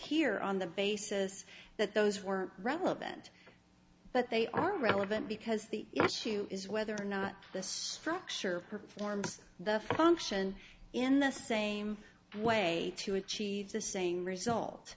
here on the basis that those were relevant but they are relevant because the issue is whether or not the structure performs the function in the same way to achieve the same result